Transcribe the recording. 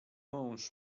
mąż